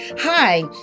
Hi